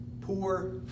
poor